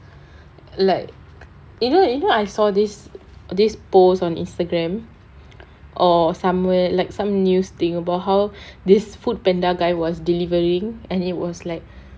like you know you know I saw this this post on Instagram or somewhere like some news thing about how these Foodpanda guy was delivering and he was like